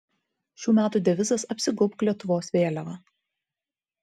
šių metų devizas apsigaubk lietuvos vėliava